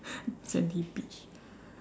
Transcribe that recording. sandy beach